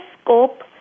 scope